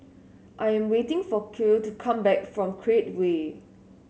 I'm waiting for Kiel to come back from Create Way